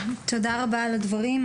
תודה רבה על הדברים.